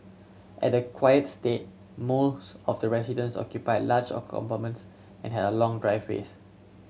at the quiet estate most of the residence occupied large a compounds and had long driveways